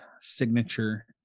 signature